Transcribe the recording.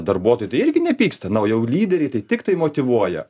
darbuotojai tai irgi nepyksta na o jau lyderiai tai tiktai motyvuoja